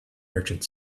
merchant